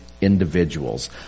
individuals